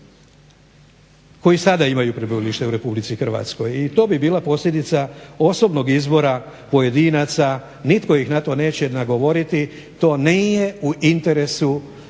koji sada imaju prebivalište u Republici Hrvatskoj i to bi bila posljedica osobnog izbora pojedinaca. Nitko ih na to neće nagovoriti. To nije u interesu Hrvata koji